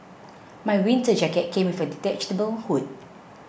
my winter jacket came with a detachable hood